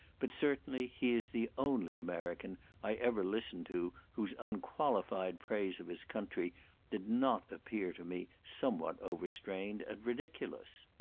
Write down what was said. but certainly he is the only american i ever listened to whose unqualified praise of his country did not appear to me somewhat overstrained and ridiculous.